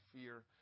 fear